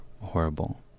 horrible